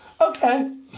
Okay